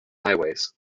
highways